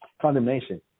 condemnation